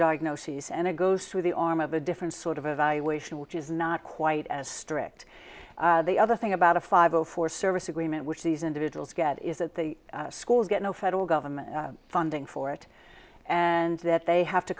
diagnoses and it goes through the arm of a different sort of evaluation which is not quite as strict the other thing about a five zero for service agreement which these individuals get is that the schools get no federal government funding for it and that they have to